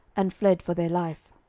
and fled for their life.